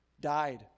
died